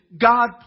God